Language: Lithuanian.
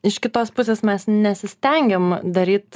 iš kitos pusės mes nesistengiam daryt